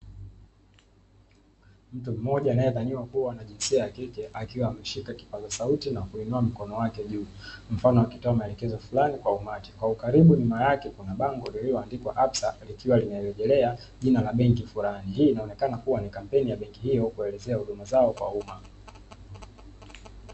Mtu mmoja anayedhaniwa kuwa na jinsia ya kike, akiwa ameshika kipaza sauti na kuinuamikono yake juu, mfano akitoa maelekezo fulani kwa umati, kwa ukaribu nyuma yake kuna bango lililoandikwa absa, likiwa limerejelea jina la benki fulani hii inaonekana ni kampeni ya benki hiyo kuelezea huduma zao kwa umma.